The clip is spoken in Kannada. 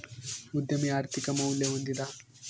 ಉದ್ಯಮಿ ಆರ್ಥಿಕ ಮೌಲ್ಯ ಹೊಂದಿದ